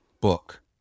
book